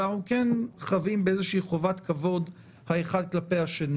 אבל אנחנו כן חבים חובת כבוד האחד כלפי השני